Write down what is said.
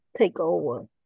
takeover